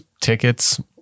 tickets